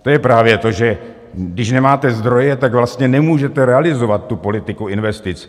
To je právě to, že když nemáte zdroje, tak vlastně nemůžete realizovat tu politiku investic.